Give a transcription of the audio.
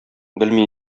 белми